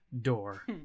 door